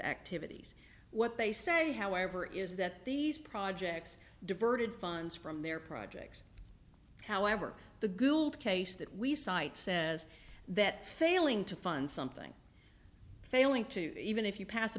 activities what they say however is that these projects diverted funds from their projects however the gould case that we cite says that failing to fund something failing to even if you pass